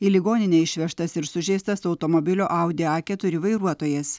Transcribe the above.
į ligoninę išvežtas ir sužeistas automobilio audi a keturi vairuotojas